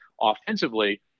offensively